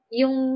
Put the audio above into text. yung